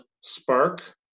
Spark